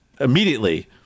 immediately